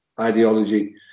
ideology